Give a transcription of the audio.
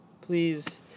please